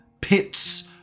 pits